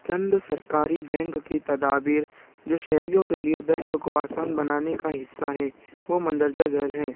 چند سرکاری بینک کی تدابیر جو شہریوں کے لیے بینک کو آسان بنانے کا حصہ ہے وہ مندرجہ ذیل ہے